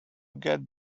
get